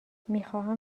میخواهم